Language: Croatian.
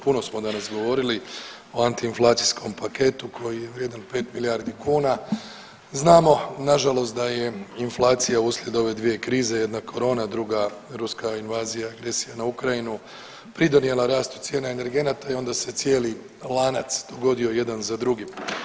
Puno smo danas govoriti o antiinflacijskom paketu koji je vrijedan pet milijardi kuna znamo na žalost da je inflacija uslijed ove dvije krize, jedna korona, druga ruska invazija, agresija na Ukrajinu pridonijela rastu cijena energenata i onda se cijeli lanac dogodio jedan za drugim.